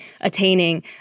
attaining